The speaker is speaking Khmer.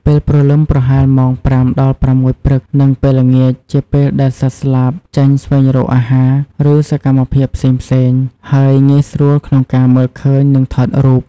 ពេលព្រលឹម ប្រហែលម៉ោង ៥ដល់៦ ព្រឹក និងពេលល្ងាច ជាពេលដែលសត្វស្លាបចេញស្វែងរកអាហារ ឬសកម្មភាពផ្សេងៗ ហើយងាយស្រួលក្នុងការមើលឃើញ និងថតរូប។